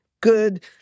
good